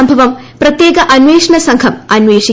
സംഭവം പ്രത്യേക അന്വേഷണ സംഘം അന്വേഷിക്കും